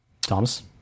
Thomas